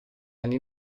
anni